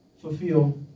fulfill